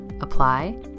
Apply